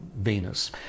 Venus